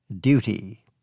duty